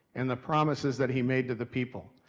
and the promises that he made to the people.